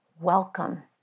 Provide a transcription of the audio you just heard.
Welcome